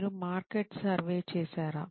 మీరు market survey చేశారా